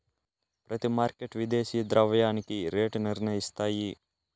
ప్రతి మార్కెట్ విదేశీ ద్రవ్యానికి రేటు నిర్ణయిస్తాయి